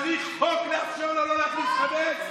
צריך חוק לאפשר לו לא להכניס חמץ,